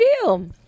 deal